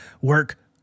work